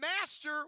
master